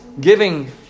giving